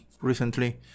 recently